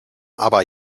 aber